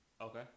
Okay